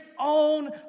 own